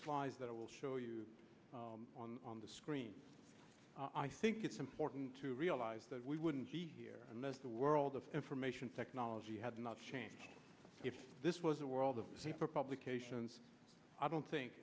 slides that i will show you on on the screen i think it's important to realize that we wouldn't be here unless the world of information technology had not changed if this was a world of paper publications i don't think